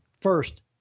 First